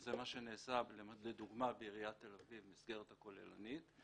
וזה מה שנעשה בעיריית תל אביב במסגרת הכוללנית,